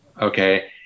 okay